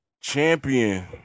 Champion